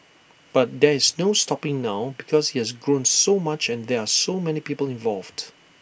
but there is no stopping now because has grown so much and there are so many people involved